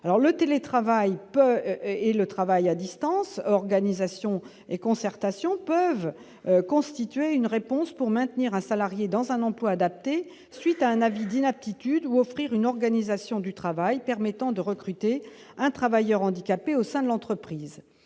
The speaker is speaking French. le télétravail peut et le travail à distance, organisation et concertation peuvent constituer une réponse pour maintenir un salarié dans un emploi adaptés, suite à un avis d'inaptitude ou offrir une organisation du travail permettant de recruter un travailleur handicapé. Mais au sein de l'entreprise